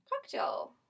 cocktail